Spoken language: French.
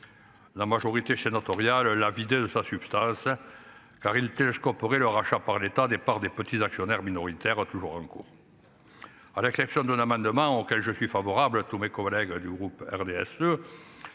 La majorité je entends via le la vider de sa substance. Car il touche qu'on pourrait le rachat par l'État des par des petits actionnaires minoritaires toujours en cours. À la création d'un amendement auquel je suis favorable à tous mes collègues du groupe RDSE.